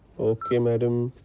ok madam,